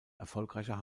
erfolgreicher